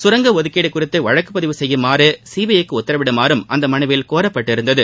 கரங்க ஒதுக்கீடு குறித்து வழக்குப்பதிவு செய்யுமாறு சிபிஐக்கு உத்தரவிடுமாறும் அந்த மனுவில் கோரப்பட்டிருந்தது